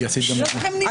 9 נמנעים,